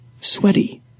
sweaty